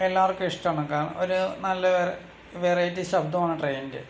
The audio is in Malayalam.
എല്ലാവർക്കും ഇഷ്ട്ടമാണ് കാരണം ഒരു നല്ല വെറൈറ്റി ശബ്ദമാണ് ട്രെയിനിൻ്റെ